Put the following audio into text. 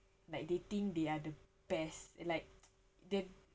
like they think they are the best like their